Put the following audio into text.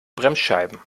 bremsscheiben